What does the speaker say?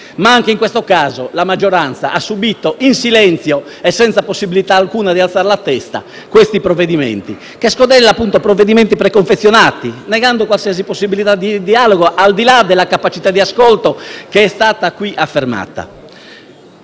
Ma, anche in questo caso, la maggioranza ha subìto questi provvedimenti in silenzio e senza possibilità alcuna di alzare la testa. Si "scodellano" provvedimenti preconfezionati, negando qualsiasi possibilità di dialogo, al di là della capacità di ascolto che è stata qui affermata.